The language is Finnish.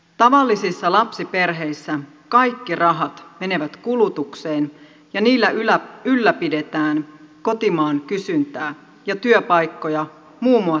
tavallisissa lapsiperheissä kaikki rahat menevät kulutukseen ja niillä ylläpidetään kotimaan kysyntää ja työpaikkoja muun muassa kaupoissa